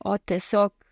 o tiesiog